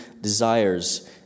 desires